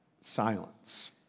silence